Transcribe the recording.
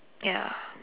ya